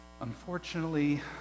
unfortunately